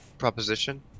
Proposition